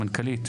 המנכ"לית.